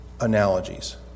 analogies